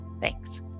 Thanks